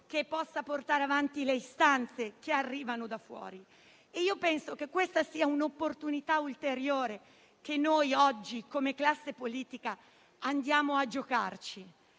che possa portare avanti le istanze che arrivano da fuori. Io penso che questa sia un'opportunità ulteriore che noi oggi, come classe politica, dobbiamo cogliere;